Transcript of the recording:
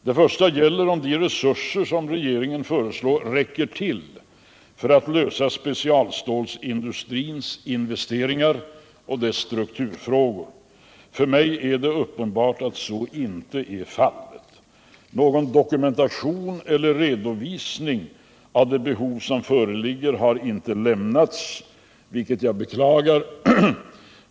Den första gäller om de resurser som regeringen föreslår räcker till för att klara specialstålindustrins investeringsbehov och strukturproblem. För mig är det uppenbart att så inte är fallet. Någon dokumentation eller redovisning av de behov som föreligger har inte lämnats, vilket jag beklagar.